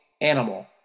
animal